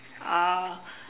oh